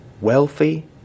wealthy